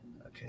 okay